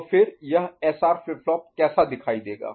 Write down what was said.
तो फिर यह एसआर फ्लिप फ्लॉप कैसे दिखाई देगा